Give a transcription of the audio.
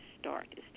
start